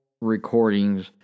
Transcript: recordings